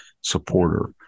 supporter